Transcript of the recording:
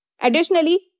Additionally